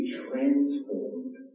transformed